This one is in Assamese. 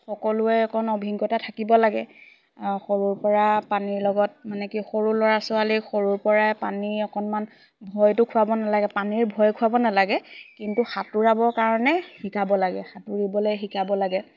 সকলোৱে অকণ অভিজ্ঞতা থাকিব লাগে সৰুৰ পৰা পানীৰ লগত মানে কি সৰু ল'ৰা ছোৱালী সৰুৰ পৰাই পানী অকণমান ভয়টো খোৱাব নালাগে পানীৰ ভয় খুৱাব নালাগে কিন্তু সাঁতোৰাবৰ কাৰণে শিকাব লাগে সাঁতুৰিবলে শিকাব লাগে